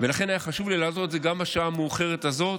ולכן היה חשוב לי לעשות את זה גם בשעה המאוחרת הזאת.